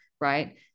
right